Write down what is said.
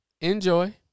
Enjoy